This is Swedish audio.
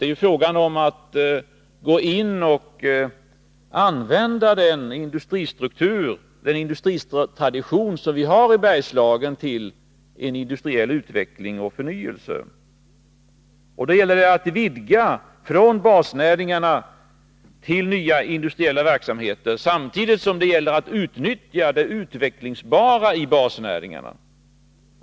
Det är fråga om att gå in och använda den industristruktur och den industritradition som vi har i Bergslagen till en industriell utveckling och förnyelse. Då gäller det att vidga utblicken från basnäringarna till nya industriella verksamheter, samtidigt som det gäller att utnyttja det som är utvecklingsbart i basnäringarna.